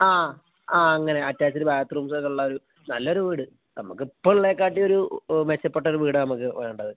ആ ആ അങ്ങനെ അറ്റാച്ചഡ് ബാത്റൂംസ് ഒക്കെ ഉള്ള ഒരു നല്ലൊരു വീട് നമുക്കിപ്പോൾ ഉള്ളതിനെക്കാട്ടിയും ഒരു മെച്ചപ്പെട്ട ഒരു വീടാണ് നമുക്ക് വേണ്ടത്